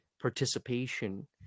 participation